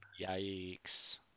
Yikes